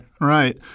right